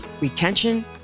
retention